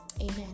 Amen